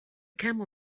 camel